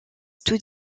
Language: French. tout